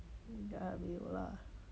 还没有 lah